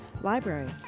Library